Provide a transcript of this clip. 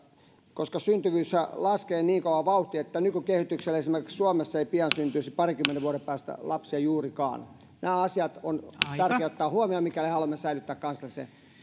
syntyvyyshän laskee niin kovaa vauhtia että nykykehityksellä esimerkiksi suomessa ei pian syntyisi parinkymmenen vuoden päästä lapsia juurikaan nämä asiat on tärkeää ottaa huomioon mikäli haluamme säilyttää kansallisen